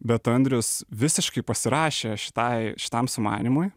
bet andrius visiškai pasirašė šitai šitam sumanymui